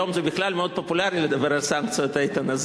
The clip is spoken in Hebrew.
היום זה בכלל מאוד פופולרי לדבר על סנקציות, איתן.